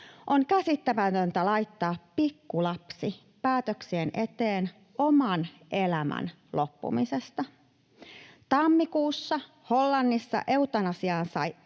On käsittämätöntä laittaa pikkulapsi päätöksien eteen oman elämän loppumisesta. Tammikuussa Hollannissa eutanasian sai